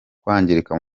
kwangirika